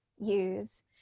use